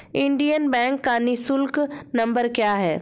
Indian bank का निःशुल्क number क्या है?